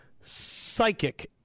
psychic